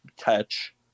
catch